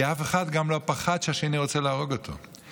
כי אף אחד גם לא פחד שהשני רוצה להרוג אותו.